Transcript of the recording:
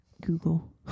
Google